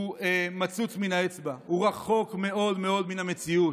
זה מצוץ מן האצבע, רחוק מאוד מאוד מן המציאות.